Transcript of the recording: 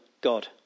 God